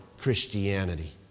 Christianity